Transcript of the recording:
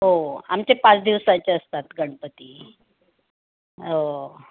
हो आमचे पाच दिवसाचे असतात गणपती हो